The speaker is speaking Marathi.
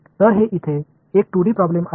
तर हे इथे एक 2D प्रॉब्लेम आहे